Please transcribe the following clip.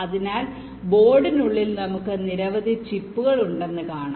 അതിനാൽ ബോർഡിനുള്ളിൽ നമുക്ക് നിരവധി ചിപ്പുകൾ ഉണ്ടെന്ന് കാണാം